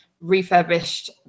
refurbished